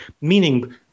meaning